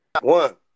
One